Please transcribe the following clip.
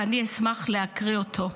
ואני אשמח להקריא אותו: